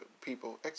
people